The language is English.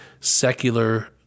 secular